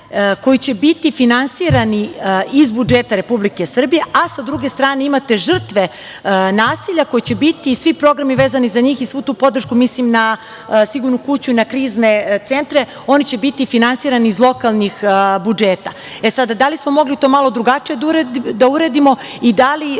koji će biti finansirani iz budžeta Republike Srbije, a sa druge strane imate žrtve nasilja koji će biti svi programi vezanih za njih i svu tu podršku, mislim na sigurnu kuću i na krizne centre, oni će biti finansirani iz lokalnih budžeta.E sada, da li smo mogli to malo drugačije da uredimo i da li